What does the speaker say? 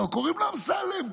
אבל קוראים לו אמסלם,